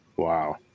Wow